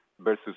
versus